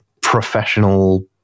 professional